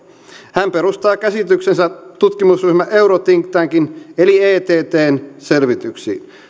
hän perustaa käsityksensä tutkimusryhmä euro think tankin eli ettn selvityksiin